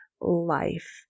life